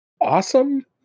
awesome